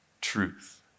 truth